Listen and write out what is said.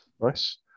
Nice